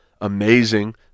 amazing